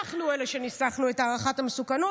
אנחנו אלה שניסחנו את הערכת המסוכנות.